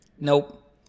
Nope